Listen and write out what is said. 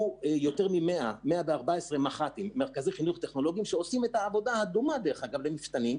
114 מח"טים שעושים עבודה דומה למפתנים,